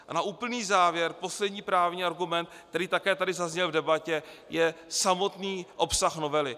A na úplný závěr poslední právní argument, který také tady zazněl v debatě, je samotný obsah novely.